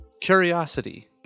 Curiosity